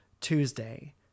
Tuesday